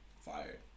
fired